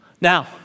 Now